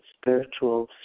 spiritual